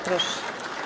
Proszę.